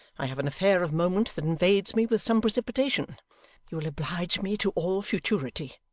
i have an affair of moment that invades me with some precipitation you will oblige me to all futurity.